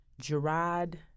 Gerard